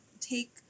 take